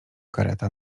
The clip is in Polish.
kareta